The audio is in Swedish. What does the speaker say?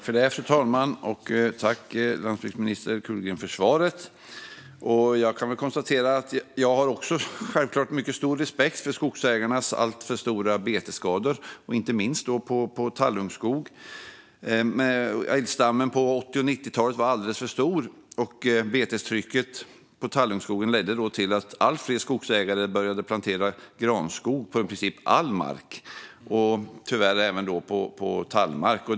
Fru talman! Även jag har självklart mycket stor respekt för skogsägarnas alltför stora betesskador, inte minst på tallungskog. Älgstammen var alldeles för stor på 80 och 90-talen, och betestrycket på tallungskogen ledde då till att allt fler skogsägare började plantera granskog på i princip all mark, tyvärr även på tallmark.